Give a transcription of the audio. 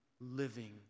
living